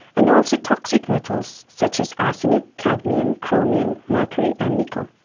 and also toxic metals such as arsenic, cadmium, chromium, mercury and nickel.